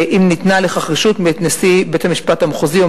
אם ניתנה לכך רשות מאת נשיא בית-המשפט המחוזי או